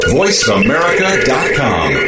voiceamerica.com